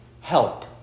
help